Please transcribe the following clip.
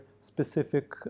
specific